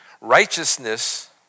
righteousness